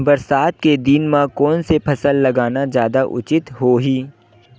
बरसात के दिन म कोन से फसल लगाना जादा उचित होही?